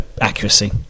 accuracy